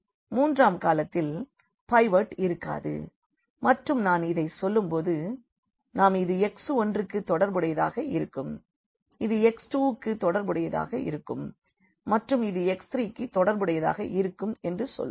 மூன்றாம் காலத்தில் பைவோட் இருக்காது மற்றும் நான் இதை சொல்லும்போது நாம் இது x1 க்கு தொடர்புடையதாக இருக்கும் இது x2 க்கு தொடர்புடையதாக இருக்கும் மற்றும் இது x3 க்கு தொடர்புடையதாக இருக்கும் என்று சொல்வோம்